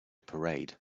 parade